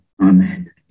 Amen